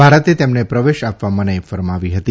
ભારતે તેમને પ્રવેશ આપવા મનાઇ ફરમાવી હતી